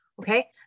okay